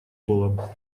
было